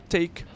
take